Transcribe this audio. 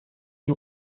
die